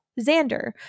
Xander